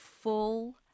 full